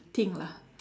thing lah